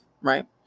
right